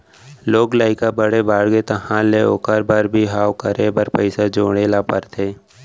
लोग लइका बड़े बाड़गे तहाँ ले ओखर बर बिहाव करे बर पइसा जोड़े ल परथे